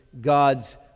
God's